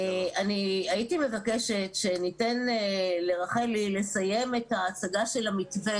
אני הייתי מבקשת שניתן לרחלי לסיים את ההצגה של המתווה